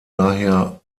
daher